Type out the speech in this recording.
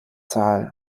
zahl